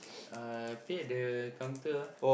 uh pay at the counter ah